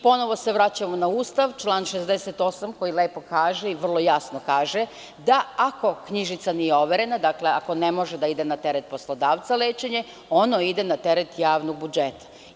Ponovo se vraćamo na Ustav, član 68. koji lepo kaže i vrlo jasno kaže – da ako knjižica nije overena, dakle, ako ne može da ide na teret poslodavca lečenje, ono ide na teret javnog budžeta.